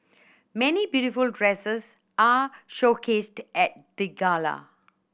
many beautiful dresses are showcased at the gala